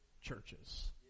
churches